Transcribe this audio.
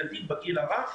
דיברנו עם ההורים,